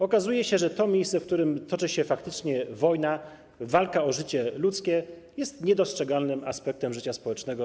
Okazuje się, że to miejsce, w którym toczy się faktycznie wojna, walka o życie ludzkie, jest niedostrzeganym przez rząd PiS aspektem życia społecznego.